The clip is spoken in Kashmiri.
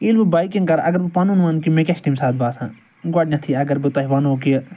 ییٚلہِ بہٕ بایکِنٛگ کَرٕ اَگر بہٕ پَنُن وَنہٕ کہ مےٚ کیٛاہ چھِ تٔمۍ سۭتۍ باسان گۄڈٕنٮ۪تھٕے اَگر بہٕ تۄہہِ وَنَو کہ